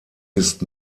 ist